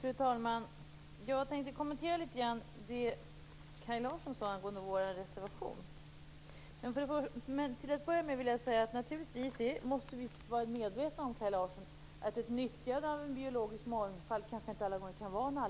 Fru talman! Jag tänkte kommentera det Kaj Larsson sade angående vår reservation. Men till att börja med, Kaj Larsson, vill jag säga att vi naturligtvis måste vara medvetna om att ett nyttjande av den biologiska mångfalden kanske inte alla gånger kan vara